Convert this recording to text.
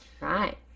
right